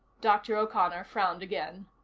dr. o'connor frowned again.